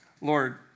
Lord